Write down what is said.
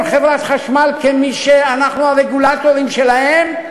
חברת החשמל כמי שאנחנו הרגולטורים שלהם.